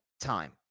time